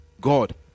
God